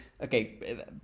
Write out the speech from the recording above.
okay